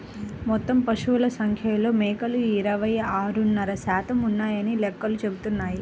మొత్తం పశువుల సంఖ్యలో మేకలు ఇరవై ఆరున్నర శాతం ఉన్నాయని లెక్కలు చెబుతున్నాయి